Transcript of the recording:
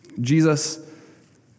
Jesus